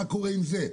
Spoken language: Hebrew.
מה קורה עם זה,